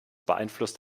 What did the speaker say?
beeinflusst